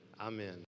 Amen